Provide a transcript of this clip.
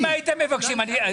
אם הייתם מבקשים, אני בעד.